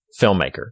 filmmaker